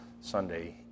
Sunday